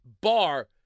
bar